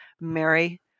Mary